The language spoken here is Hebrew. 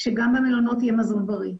שגם במלונות יהיה מזון בריא,